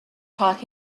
taught